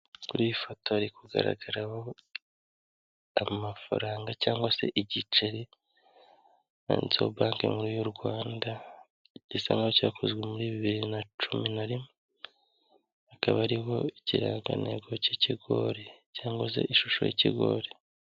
Kuri iyi foto hari kugaragaraho amafaranga cyangwa se igiceri cyanditseho banki nkuru y'u Rwanda, gisa n' icyakozwe muri bibiri na cumi na rimwe. Hkaba hariho ikirangantego cy'ikigori cyangwa se ishusho y'ikigori.